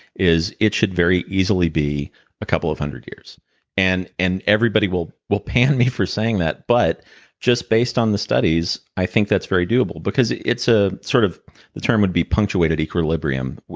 is it should very easily be a couple of hundred years and and everybody will will pan me for saying that, but just based on the studies, i think that's very doable. because it's a. sort of the term would be punctuated equilibrium.